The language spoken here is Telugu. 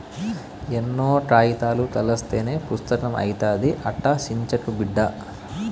ఎన్నో కాయితాలు కలస్తేనే పుస్తకం అయితాది, అట్టా సించకు బిడ్డా